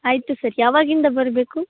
ಆಯಿತು ಸರ್ ಯಾವಾಗಿಂದ ಬರಬೇಕು